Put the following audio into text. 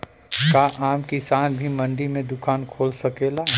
का आम किसान भी मंडी में दुकान खोल सकेला?